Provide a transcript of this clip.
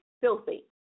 filthy